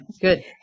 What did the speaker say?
Good